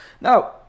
Now